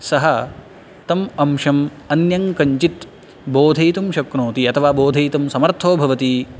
सः तम् अंशम् अन्यं कञ्चित् बोधयितुं शक्नोति अथवा बोधयितुं समर्थो भवति